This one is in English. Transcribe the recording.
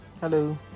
Hello